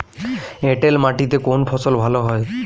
এঁটেল মাটিতে কোন ফসল ভালো হয়?